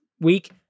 week